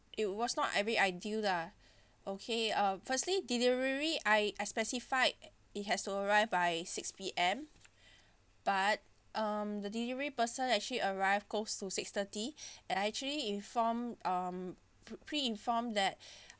it was not very ideal lah okay uh firstly delivery I I specified it has to arrive by six P_M but um the delivery person actually arrived close to six thirty I actually inform um pre pre-inform that